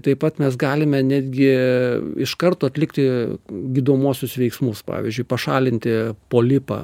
taip pat mes galime netgi iš karto atlikti gydomuosius veiksmus pavyzdžiui pašalinti polipą